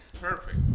Perfect